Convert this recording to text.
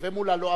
מולה לא.